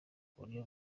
buryo